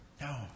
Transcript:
No